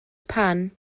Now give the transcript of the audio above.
pan